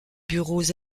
bureaux